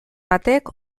batek